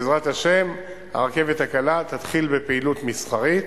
בעזרת השם, הרכבת הקלה תתחיל בפעילות מסחרית.